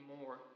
more